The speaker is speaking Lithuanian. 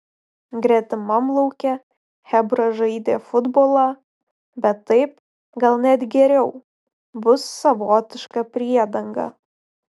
gretimam lauke chebra žaidė futbolą bet taip gal net geriau bus savotiška priedanga